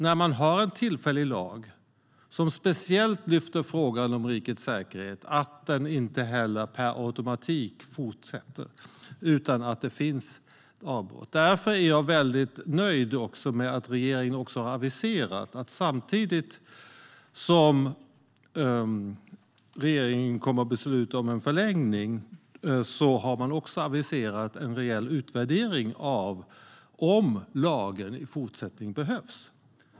När man har en tillfällig lag som speciellt lyfter fram frågan om rikets säkerhet är det viktigt att den inte fortsätter per automatik utan avbrott. Därför är jag väldigt nöjd med att regeringen har aviserat att det utöver beslut om förlängning ska göras en rejäl utvärdering av om lagen i fortsättningen behövs.